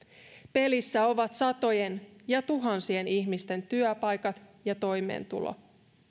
pelissä ovat satojen ja tuhansien ihmisten työpaikat ja toimeentulo